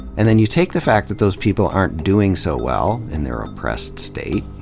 and then you take the fact that those people aren't doing so well in their oppressed state.